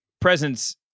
presence